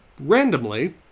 randomly